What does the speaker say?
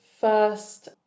first